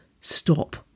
stop